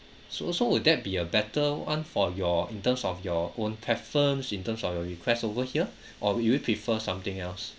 so so would that be a better one for your in terms of your own preference in terms of your request over here or you would prefer something else